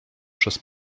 przez